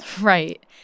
Right